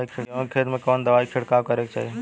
गेहूँ के खेत मे कवने दवाई क छिड़काव करे के चाही?